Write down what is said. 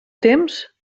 temps